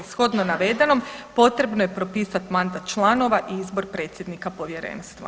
Shodno navedenom potrebno je propisat mandat članova i izbor predsjednika povjerenstva.